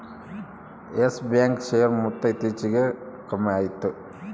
Yes bank share ಮೊತ್ತ ಇತ್ತೀಚಿಗೆ ಕಮ್ಮ್ಯಾತು